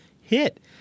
hit